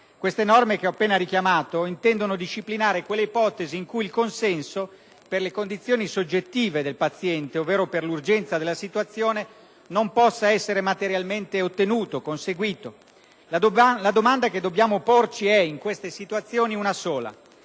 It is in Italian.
Le norme che ho appena richiamato intendono infatti disciplinare quelle ipotesi in cui il consenso, per le condizioni soggettive del paziente ovvero per l'urgenza della situazione, non possa essere materialmente conseguito. La domanda che dobbiamo porci è, in queste situazioni, una sola: